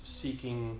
seeking